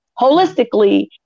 holistically